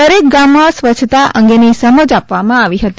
દરેક ગામમાં સ્વચ્છતા અંગેની સમજ આપવામાં આવી હતી